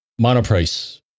monoprice